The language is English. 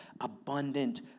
abundant